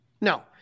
No